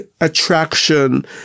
attraction